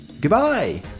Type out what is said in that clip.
Goodbye